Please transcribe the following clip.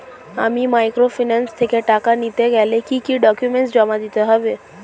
আমি মাইক্রোফিন্যান্স থেকে টাকা নিতে গেলে কি কি ডকুমেন্টস জমা দিতে হবে?